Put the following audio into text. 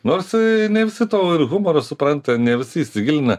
nors ne visi to ir humoro supranta ne visi įsigilinę